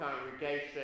congregation